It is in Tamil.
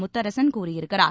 முத்தரசன் கூறியிருக்கிறார்